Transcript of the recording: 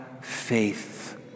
faith